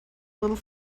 little